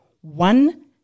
one